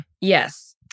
Yes